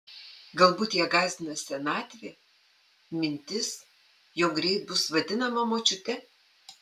galbūt ją gąsdina senatvė mintis jog greit bus vadinama močiute